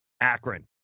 Akron